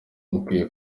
mukwiye